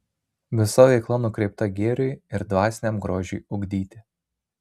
visa veikla nukreipta gėriui ir dvasiniam grožiui ugdyti